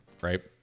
right